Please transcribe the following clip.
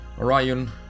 Orion